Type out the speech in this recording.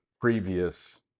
previous